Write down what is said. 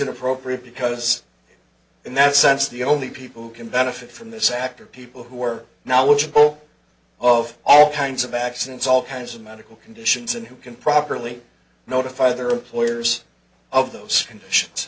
inappropriate because in that sense the only people who can benefit from this act are people who are knowledgeable of all kinds of accidents all kinds of medical conditions and who can properly notify their employers of those conditions